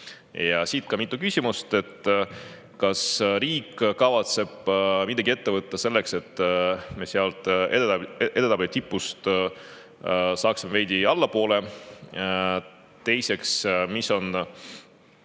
siit ka mitu küsimust. Kas riik kavatseb midagi ette võtta selleks, et me sealt edetabeli tipust saaksime veidi allapoole? Teiseks: mis on